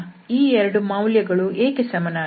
ಈ ಎರಡು ಮೌಲ್ಯಗಳು ಏಕೆ ಸಮನಾಗಿಲ್ಲ